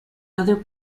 other